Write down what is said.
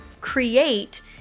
create